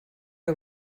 are